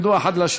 פרסום בהסכמה),